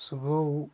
سُہ گوٚو